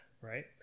Right